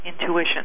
intuition